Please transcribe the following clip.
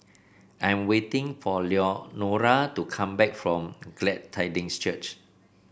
I'm waiting for Leonora to come back from Glad Tidings Church